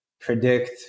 predict